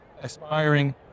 aspiring